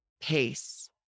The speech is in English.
pace